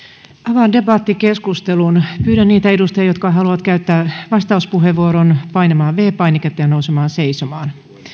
avaan debattikeskustelun pyydän niitä edustajia jotka haluavat käyttää vastauspuheenvuoron painamaan viides painiketta ja nousemaan seisomaan